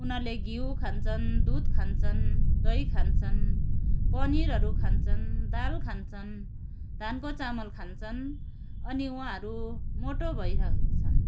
उनीहरूले घिउ खान्छन् दुध खान्छन् दही खान्छन् पनिरहरू खान्छन् दाल खान्छन् धानको चामल खान्छन् अनि उहाँहरू मोटो भइहाल्छन्